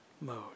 mode